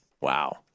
Wow